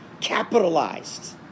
capitalized